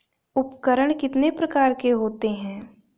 उपकरण कितने प्रकार के होते हैं?